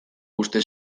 uste